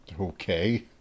Okay